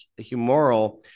humoral